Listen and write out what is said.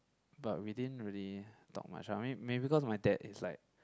but we didn't really talk much ah may may because my dad is like